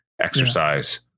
exercise